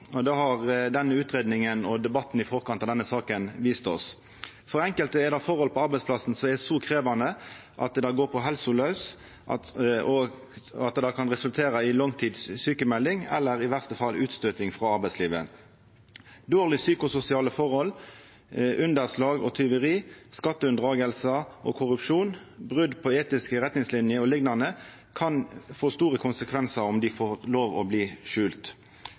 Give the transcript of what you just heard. det ikkje alltid slik. Det har denne utgreiinga og debatten i forkant av behandlinga av denne saka vist oss. For enkelte er forhold på arbeidsplassen så krevjande at det går på helsa laus, og det kan resultera i langtidsjukmelding eller i verste fall utstøyting frå arbeidslivet. Dårlege psykososiale forhold, underslag og tjuveri, skattesnyting og korrupsjon, brot på etiske retningsliner o.l. kan få store konsekvensar om dei får lov til å bli